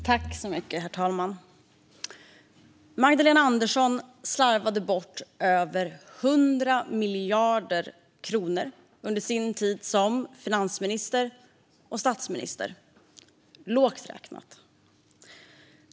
Herr talman! Magdalena Andersson slarvade bort över 100 miljarder kronor under sin tid om finansminister och statsminister - lågt räknat.